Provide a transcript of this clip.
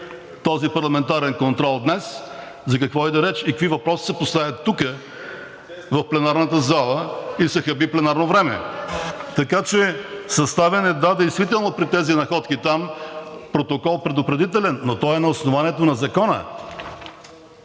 този парламентарен контрол днес, за какво иде реч и какви въпроси се поставят тук в пленарната зала и се хаби пленарно време, така че съставен е, да, действително при тези находки там предупредителен протокол, но той е на основанието на Закона.